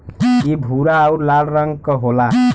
इ भूरा आउर लाल रंग क होला